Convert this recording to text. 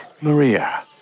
Maria